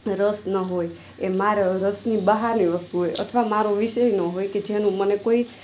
રસ ન હોય એ માર રસ બહારની વસ્તુ હોય અથવા મારો વિષય ન હોય કે જેનું મને કોઈ